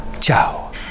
Ciao